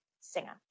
singer